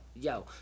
yo